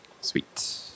sweet